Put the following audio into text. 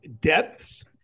Depths